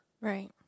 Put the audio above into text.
Right